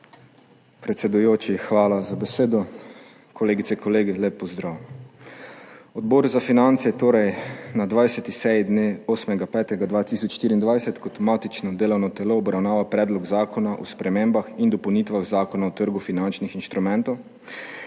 Predsedujoči, hvala za besedo. Kolegice, kolegi, lep pozdrav! Odbor za finance je na 20. seji dne 8. 5. 2024 kot matično delovno telo obravnaval Predlog zakona o spremembah in dopolnitvah Zakona o trgu finančnih instrumentov,